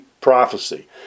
prophecy